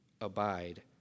Abide